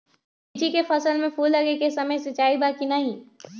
लीची के फसल में फूल लगे के समय सिंचाई बा कि नही?